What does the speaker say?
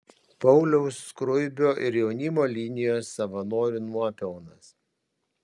pauliaus skruibio ir jaunimo linijos savanorių nuopelnas